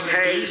Hey